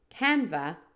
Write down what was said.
Canva